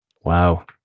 Wow